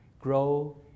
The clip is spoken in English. grow